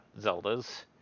Zeldas